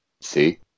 See